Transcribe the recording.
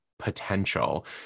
potential